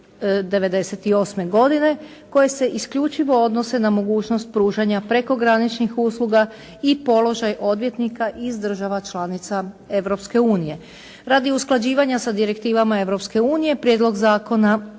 1998. godine koje se isključivo odnose na mogućnost pružanja prekograničnih usluga i položaj odvjetnika iz država članica Europske unije. Radi usklađivanja sa direktivama Europske unije, prijedlog zakona